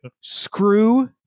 Screw